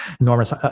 enormous